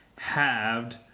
halved